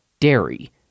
dairy